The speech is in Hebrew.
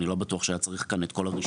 אני לא בטוח שהיה צריך כאן את כל הרישיונות